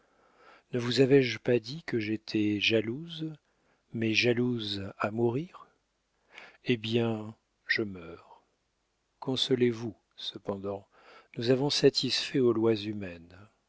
ne vous avais-je pas dit que j'étais jalouse mais jalouse à mourir eh bien je meurs consolez-vous cependant nous avons satisfait aux lois humaines